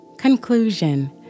Conclusion